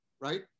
right